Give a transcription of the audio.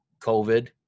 COVID